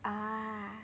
ah